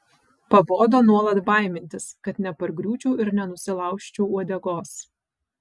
pabodo nuolat baimintis kad nepargriūčiau ir nenusilaužčiau uodegos